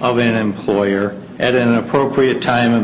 of an employer at an appropriate time and